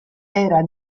era